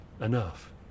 enough